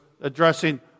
addressing